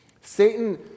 Satan